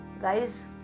Guys